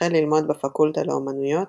החל ללמוד בפקולטה לאומנויות,